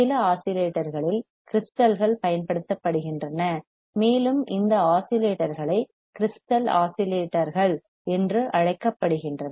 சில ஆஸிலேட்டர்களில் கிரிஸ்டல்கள் பயன்படுத்தப்படுகின்றன மேலும் இந்த ஆஸிலேட்டர்களை கிரிஸ்டல் ஆஸிலேட்டர்கள் என்று அழைக்கப்படுகின்றன